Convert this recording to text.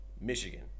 Michigan